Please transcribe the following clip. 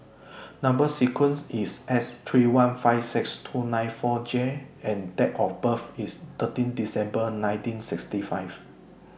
Number sequence IS S three one five six two nine four J and Date of birth IS thirteen December nineteen sixty five